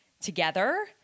together